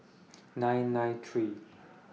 nine nine three